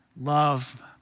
love